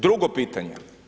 Drugo pitanje.